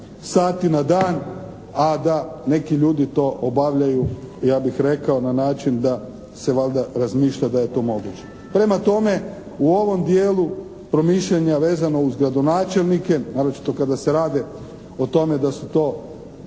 sati na dan, a da neki ljudi to obavljaju ja bih rekao na način da se valjda razmišlja da je to moguće. Prema tome u ovom dijelu promišljanja vezano uz gradonačelnike, naročito kada se rade o tome da su to